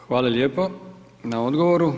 Hvala lijepo na odgovoru.